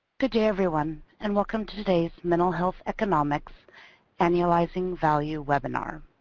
good day everyone and welcome to today's mental health economics analyzing value webinar.